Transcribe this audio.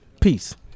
Peace